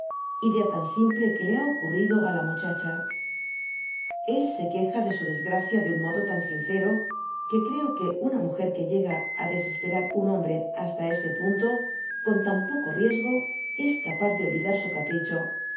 idea tan simple que le ha ocurrido á la muchacha el se queja de su desgracia de un modo tan sincero que creo que una múger que llega á desperar un hombre hasta este punto con tan poco riesgo es capaz de olvidar su capricho